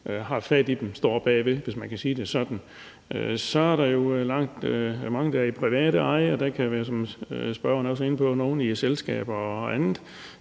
har fat i dem og står bagved, hvis man kan sige det sådan. Så er der jo mange dyr, der er i privateje, og der kan, som spørgeren også er inde på, være nogle i selskaber og andet.